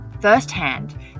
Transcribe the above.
firsthand